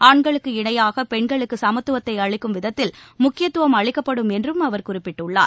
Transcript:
ஆண்களுக்கு இணையாக பெண்களுக்கு சமத்துவத்தை அளிக்கும் விதத்தில் முக்கியத்துவம் அளிக்கப்படும் என்று அவர் குறிப்பிட்டுள்ளார்